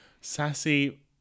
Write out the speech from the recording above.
Sassy